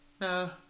no